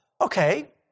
Okay